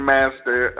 Master